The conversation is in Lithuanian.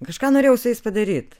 kažką norėjau su jais padaryt